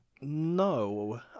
no